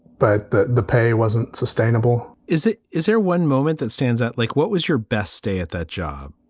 but the the pay wasn't sustainable, is it? is there one moment that stands out like what was your best stay at that job?